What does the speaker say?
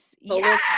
Yes